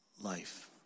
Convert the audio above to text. Life